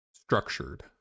structured